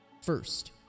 First